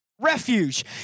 refuge